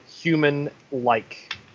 human-like